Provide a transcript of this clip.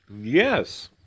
yes